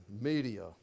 media